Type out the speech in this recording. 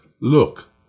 Look